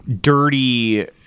dirty